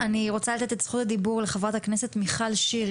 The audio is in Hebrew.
זכות הדיבור לחברת הכנסת מיכל שיר,